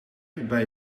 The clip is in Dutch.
bij